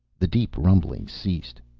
the deep rumblings ceased.